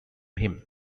him